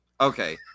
okay